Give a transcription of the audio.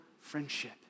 friendship